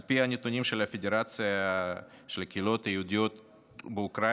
על פי הנתונים של הפדרציה של הקהילות היהודיות באוקראינה,